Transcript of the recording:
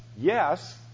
yes